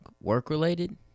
work-related